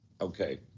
okay